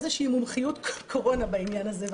איזושהי מומחיות קורונה בעניין הזה,